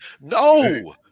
No